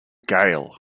gale